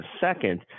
second